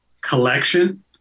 collection